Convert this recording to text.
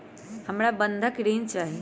हमरा बंधक ऋण चाहा हई